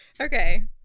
okay